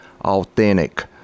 authentic